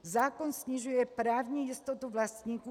Zákon snižuje právní jistotu vlastníků.